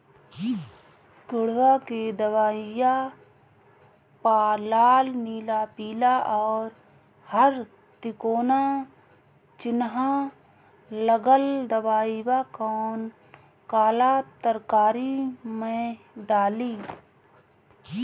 किड़वा के दवाईया प लाल नीला पीला और हर तिकोना चिनहा लगल दवाई बा कौन काला तरकारी मैं डाली?